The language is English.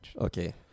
Okay